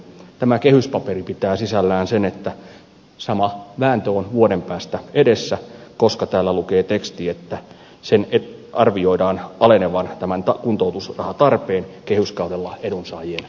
tämä kehyspaperi pitää sisällään sen että sama vääntö on vuoden päästä edessä koska täällä lukee teksti että sen arvioidaan alenevan tämän kuntoutusrahatarpeen kehyskaudella etuuden saa jien vähetessä